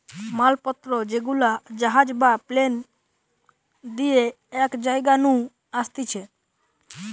মাল পত্র যেগুলা জাহাজ বা প্লেন দিয়ে এক জায়গা নু আসতিছে